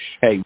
hey